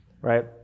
Right